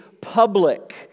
public